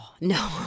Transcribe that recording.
No